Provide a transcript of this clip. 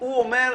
קודמך,